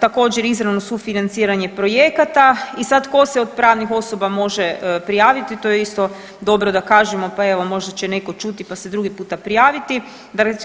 Također izravno sufinanciranje projekata i sad ko se od pravnih osoba može prijaviti, to je isto dobro da kažemo, pa evo možda će neko čuti, pa se drugi puta prijaviti,